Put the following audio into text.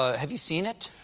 ah have you seen it?